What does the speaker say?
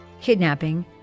kidnapping